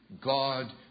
God